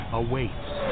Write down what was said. awaits